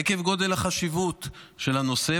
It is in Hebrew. עקב גודל החשיבות של הנושא,